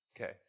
Okay